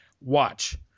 watch